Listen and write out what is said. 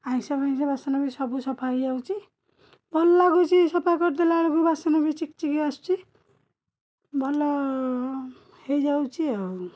ଆଇଁଷ ଫାଇଁଷ ବାସନ ବି ସବୁ ସଫା ହେଇଯାଉଛି ଭଲ ଲାଗୁଛି ସଫା କରି ଦେଲା ବେଳକୁ ବାସନ ବି ଚିକ୍ ଚିକ୍ ଆସୁଛି ଭଲ ହେଇଯାଉଛି ଆଉ